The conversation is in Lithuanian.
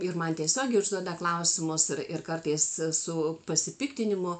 ir man tiesiogiai užduoda klausimus ir kartais su pasipiktinimu